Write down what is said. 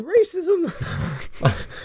racism